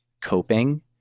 coping